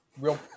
real